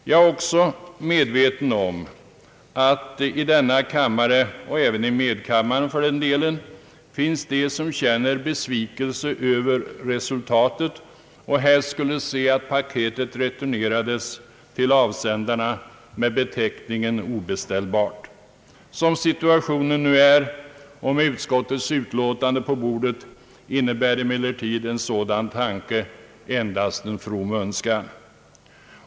Jag är också medveten om att i denna kammare och även i medkammaren finns de som känner besvikelse över resultatet och helst skulle se att paketet returnerades till avsändarna med beteckningen »obeställbart». Som situationen nu är och med utskottets betänkande på bordet innebär emellertid en sådan tanke endast en from önskan.